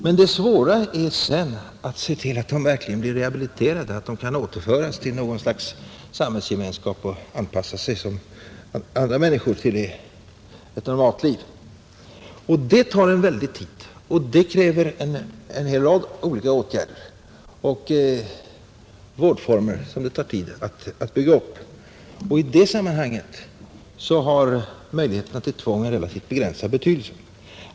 Men det svåra är sedan att se till att de verkligen blir rehabiliterade, att de kan återföras till något slags samhällsgemenskap och anpassa sig som andra människor till ett normalt liv. I det sammanhanget har möjligheterna till tvång en relativt begränsad betydelse.